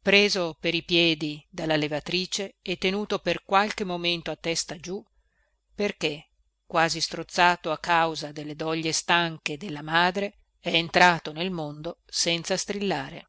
preso per i piedi dalla levatrice e tenuto per qualche momento a testa giù perché quasi strozzato a causa delle doglie stanche della madre è entrato nel mondo senza strillare